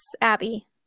Abby